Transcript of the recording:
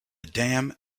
dam